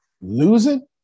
Losing